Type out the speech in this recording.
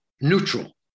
neutral